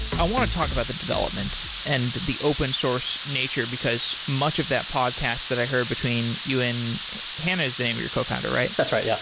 i want to talk about the development and the open source nature, because much of that podcast that i heard between you and hannah is the name of your co-founder, right? that's right. yeah